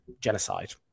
genocide